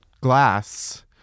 glass